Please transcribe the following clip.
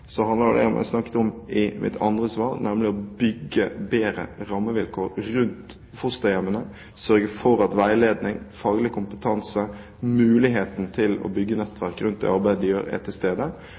Så handler det om det jeg snakket om i mitt andre svar, nemlig å bygge bedre rammevilkår rundt fosterhjemmene, sørge for at veiledning, faglig kompetanse og mulighet til å bygge nettverk rundt det arbeidet vi gjør, er til stede.